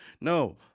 No